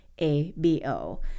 A-B-O